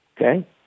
Okay